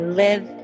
live